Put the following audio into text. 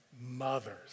mothers